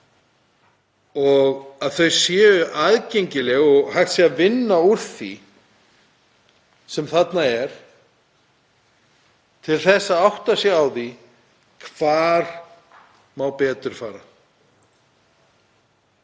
og að þau séu aðgengileg og hægt sé að vinna úr því sem þar er til að átta sig á því hvað megi betur fara.